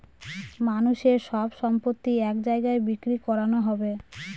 মানুষের সব সম্পত্তি এক জায়গায় বিক্রি করানো হবে